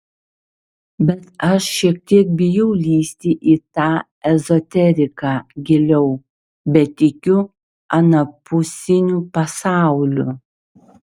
bet aš šiek tiek bijau lįsti į tą ezoteriką giliau bet tikiu anapusiniu pasauliu